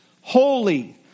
holy